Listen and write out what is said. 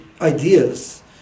ideas